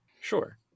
sure